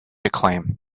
acclaim